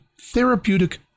therapeutic